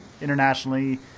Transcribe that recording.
internationally